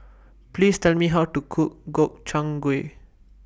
Please Tell Me How to Cook Gobchang Gui